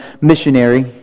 missionary